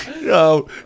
No